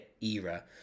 era